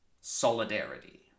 solidarity